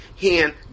hand